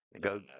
go